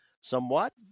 somewhat